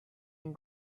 and